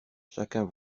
chacun